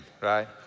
right